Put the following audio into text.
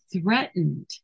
threatened